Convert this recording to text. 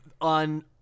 on